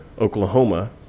Oklahoma